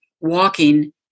walking